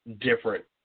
different